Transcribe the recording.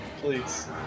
Please